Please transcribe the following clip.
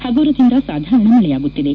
ಹಗುರದಿಂದ ಸಾಧಾರಣ ಮಳೆಯಾಗುತ್ತಿದೆ